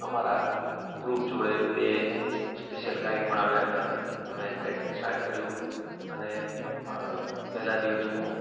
અમારા ગ્રુપ જોડે બે સ્પેસલ ગાઈડ પણ આવ્યા હતા અમે ટ્રેકિંગ સ્ટાર્ટ કર્યું અને પેહલાં દિવસનું